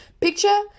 Picture